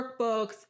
workbooks